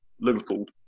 Liverpool